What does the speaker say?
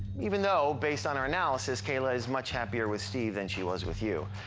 even though, based on our analysis, kayla is much happier with steve than she was with you.